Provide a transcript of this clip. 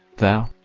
thou?